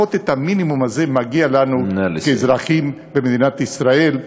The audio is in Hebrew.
לפחות המינימום הזה מגיע לנו כאזרחים במדינת ישראל.